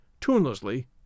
tunelessly